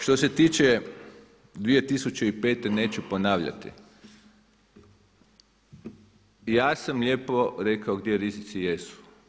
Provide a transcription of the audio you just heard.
Što se tiče 2005., neću ponavljati, ja sam lijepo rekao gdje rizici jesu.